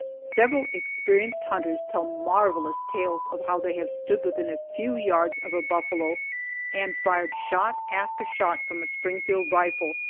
several experienced hunters tell marvelous tales of how they have stood within a few yards of a buffalo and fired shot after shot from a springfield rifle,